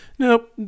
Nope